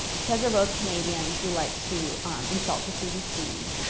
cause we're both canadians, we like to insult the cbc.